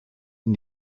ihn